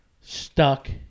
stuck